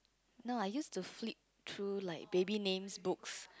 no I used to flip through like baby names books